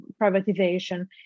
privatization